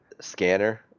scanner